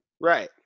Right